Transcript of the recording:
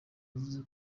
yavuze